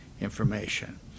information